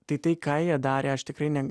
tai tai ką jie darė aš tikrai nem